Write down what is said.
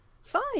fine